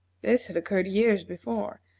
this had occurred years before,